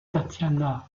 tatiana